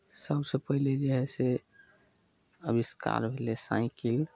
सभसँ पहिले जे हइ से आविष्कार भेलै साइकिल